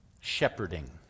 shepherding